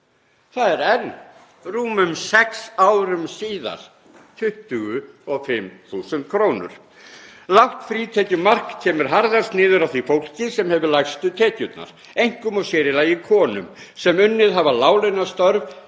Það er enn, rúmum sex árum síðar, 25.000 kr. Lágt frítekjumark kemur harðast niður á því fólki sem hefur lægstu tekjurnar, einkum og sér í lagi konum sem unnið hafa láglaunastörf,